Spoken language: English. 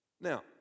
Now